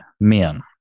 men